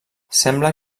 sembla